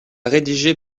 rédigé